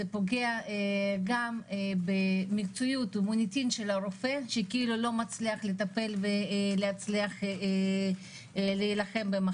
זה פוגע במקצועיות ובמוניטין של הרופא שלא מצליח לטפל ולהילחם במחלה,